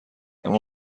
اما